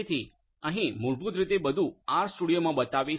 તેથી અહીં મૂળભૂત રીતે બધું આરસ્ટુડિયોમાં બતાવીશ